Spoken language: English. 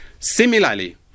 Similarly